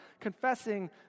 confessing